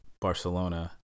Barcelona